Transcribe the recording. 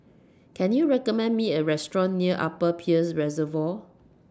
Can YOU recommend Me A Restaurant near Upper Peirce Reservoir